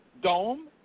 dome